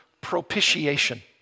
propitiation